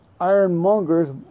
ironmonger's